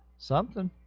something